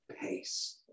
pace